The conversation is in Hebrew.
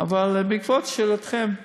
אבל בעקבות שאלתכם,